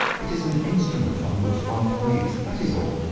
it is an instrument on which one plays, that is all.